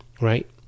right